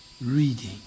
reading